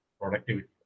productivity